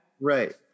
Right